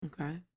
Okay